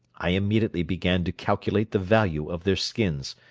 i immediately began to calculate the value of their skins,